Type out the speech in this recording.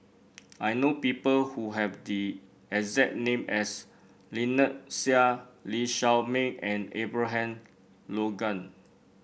I know people who have the exact name as Lynnette Seah Lee Shao Meng and Abraham Logan